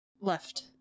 Left